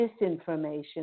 disinformation